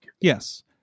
Yes